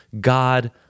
God